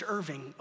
Irving